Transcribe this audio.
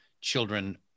children